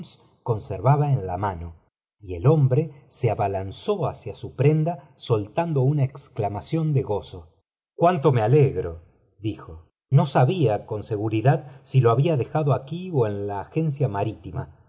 conservaba en la mano y el hombre se abalanzó hacia bu prenda soltando una exclamación de gozo cuánto me alegro dijo no sabía con seguridad si lo había dejado aquí ó en la agencia marítima